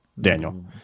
Daniel